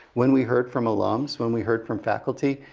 when we heard from alums, when we heard from faculty,